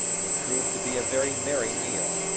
it proved to be a very merry meal.